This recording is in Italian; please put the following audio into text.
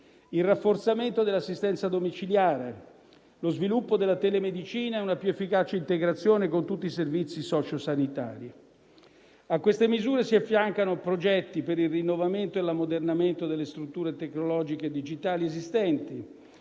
il rafforzamento dell'assistenza domiciliare, lo sviluppo della telemedicina e una più efficace integrazione con tutti i servizi socio-sanitari. A queste misure si affiancano progetti per il rinnovamento e l'ammodernamento delle strutture tecnologiche e digitali esistenti;